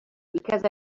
because